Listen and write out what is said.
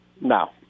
No